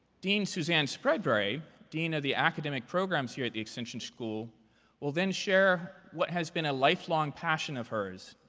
dean suzanne spreadbury dean of the academic programs here at the extension school will then share what has been a lifelong passion of hers,